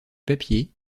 papier